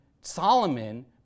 Solomon